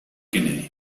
kennedy